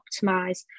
optimize